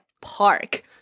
park